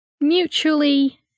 mutually